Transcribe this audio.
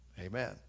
Amen